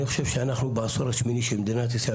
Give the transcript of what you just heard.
אני חושב שאנחנו בעשור השמיני של מדינת ישראל,